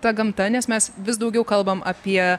ta gamta nes mes vis daugiau kalbam apie